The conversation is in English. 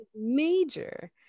major